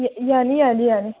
ꯌꯥꯅꯤ ꯌꯥꯅꯤ ꯌꯥꯅꯤ